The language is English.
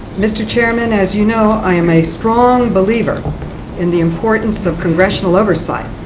mr. chairman, as you know, i am a strong believer in the importance of congressional oversight.